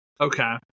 Okay